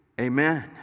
Amen